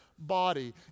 body